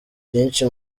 byinshi